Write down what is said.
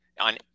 on